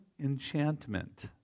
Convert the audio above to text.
enchantment